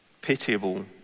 pitiable